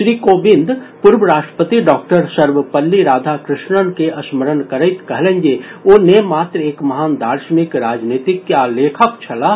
श्री कोविंद पूर्व राष्ट्रपति डॉक्टर सर्वपल्ली राधाकृष्णन के स्मरण करैत कहलनि जे ओ नेमात्र एक महान दार्शनिक राजनीतिज्ञ आ लेखक छलाह